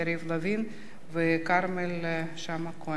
יריב לוין וכרמל שאמה-הכהן,